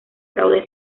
fraude